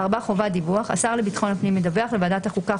חובת דיווח לכנסת השר לביטחון הפנים ידווח לוועדת החוקה,